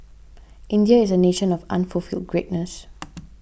India is a nation of unfulfilled greatness